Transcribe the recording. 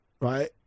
right